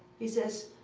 he says,